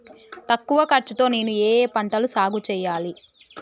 తక్కువ ఖర్చు తో నేను ఏ ఏ పంటలు సాగుచేయాలి?